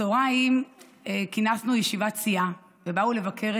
בצוהריים כינסנו ישיבת סיעה ובאו לבקר